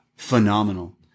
phenomenal